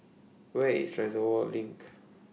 Where IS Reservoir LINK